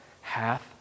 hath